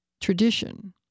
tradition